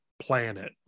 planet